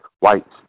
whites